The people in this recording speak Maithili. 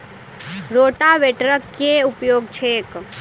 रोटावेटरक केँ उपयोग छैक?